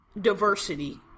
diversity